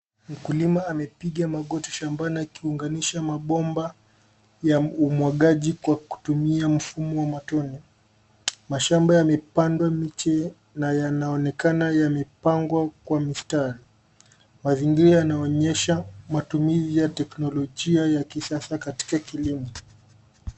Mkulima amepiga magoti shambani akiunganisha mabomba ya umwagaji kwa kutumia mfumo wa matone. Mashamba yamepandwa miche na yanaonekana yamepangwa kwa mistari. Mazingira yanaonyesha matumizi ya teknolojia ya kisasa katika kilimo.